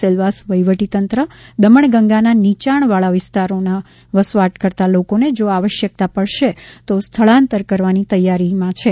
સેલવાસ વહીવટીતંત્ર દમણગંગાના નીચાણવાળા વિસ્તારો વસવાટ કરતા લોકો ને જો આવશ્યકતા પડશે તો સ્થળાંતર કરવાની તેયારી કરી દીધી છે